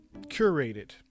curated